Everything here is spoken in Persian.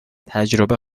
تجربه